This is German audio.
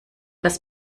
das